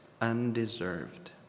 undeserved